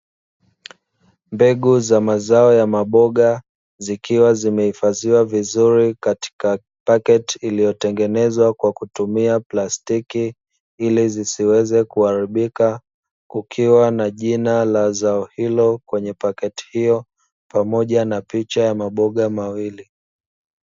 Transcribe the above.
Mbegu za mazao ya maboga zikiwa zimehifadhiwa vizuri katika paketi iliyotengenezwa kwa kutumia plastiki, ili zisiweze kuharibika kukiwa na jina la zao hilo kwenye paketi hiyo, pamoja na picha ya maboga mawili